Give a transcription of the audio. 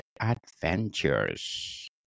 adventures